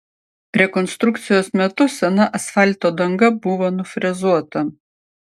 rekonstrukcijos metu sena asfalto danga buvo nufrezuota